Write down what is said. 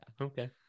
okay